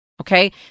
Okay